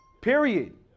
Period